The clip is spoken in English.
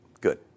good